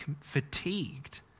fatigued